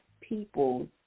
people